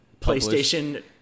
PlayStation